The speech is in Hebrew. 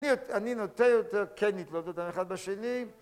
אני נוטה יותר כן לתלות אותם אחד בשני